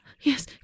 Yes